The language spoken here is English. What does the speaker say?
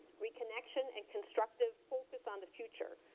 reconnection, and constructive focus on the future.